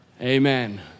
Amen